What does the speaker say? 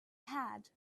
had